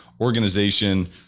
organization